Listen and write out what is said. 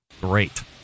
Great